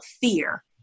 fear